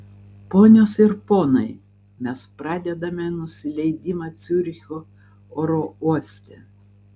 ponios ir ponai mes pradedame nusileidimą ciuricho oro uoste